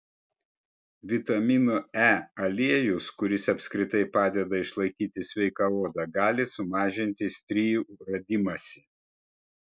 vitamino e aliejus kuris apskritai padeda išlaikyti sveiką odą gali sumažinti strijų radimąsi